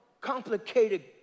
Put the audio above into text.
complicated